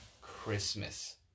Christmas